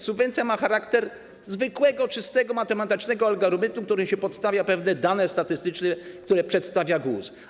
Subwencja ma charakter zwykłego, czystego, matematycznego algorytmu, w którym podstawia się pewne dane statystyczne, które przedstawia GUS.